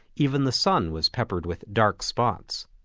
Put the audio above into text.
even the sun was peppered with dark spots.